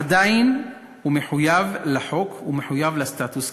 עדיין הוא מחויב לחוק ומחויב לסטטוס-קוו.